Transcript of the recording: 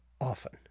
often